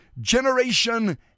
generation